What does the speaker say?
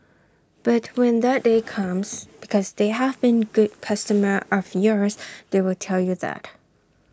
but when that day comes because they have been good customer of yours they will tell you that